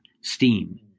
STEAM